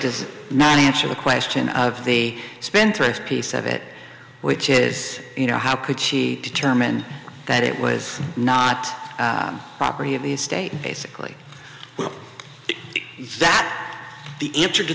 does not answer the question of they spent a piece of it which is you know how could she determine that it was not property of the state basically that the answer to